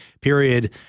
period